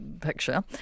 picture